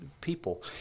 people